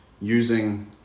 Using